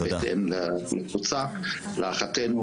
להערכתנו,